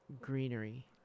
greenery